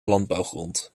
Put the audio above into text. landbouwgrond